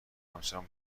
همچنان